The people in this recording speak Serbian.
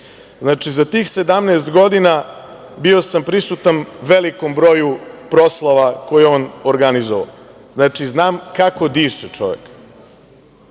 Znači, za tih 17 godina bio sam prisutan velikom broju proslava koje je on organizovao. Znači, znam kako čovek